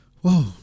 Whoa